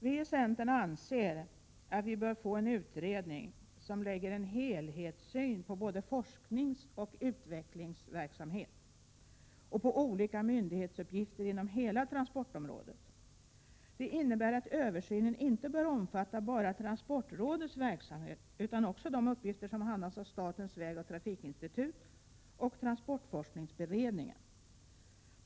Vi i centern anser att en utredning bör tillsättas som har en helhetssyn både på forskningsoch utvecklingsverksamheten och på olika myndighetsuppgifter inom hela transportområdet. Det innebär att översynen bör omfatta inte bara transportrådets verksamhet utan också de uppgifter som handhas av statens vägoch trafikinstitut och även av transportforskningsberedningen.